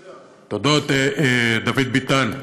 תודות, דוד ביטן,